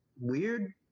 weird